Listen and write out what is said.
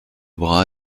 bras